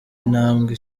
intambwe